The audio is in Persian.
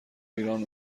ایران